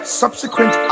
subsequent